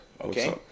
okay